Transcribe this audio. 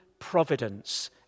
Providence